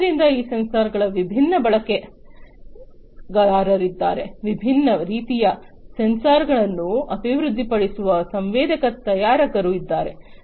ಆದ್ದರಿಂದ ಈ ಸೆನ್ಸಾರ್ಗಳ ವಿಭಿನ್ನ ಬಳಕೆದಾರರಿದ್ದಾರೆ ವಿಭಿನ್ನ ವಿಭಿನ್ನ ರೀತಿಯ ಸೆನ್ಸರ್ಗಳನ್ನು ಅಭಿವೃದ್ಧಿಪಡಿಸುವ ಸಂವೇದಕ ತಯಾರಕರು ಇದ್ದಾರೆ